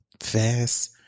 fast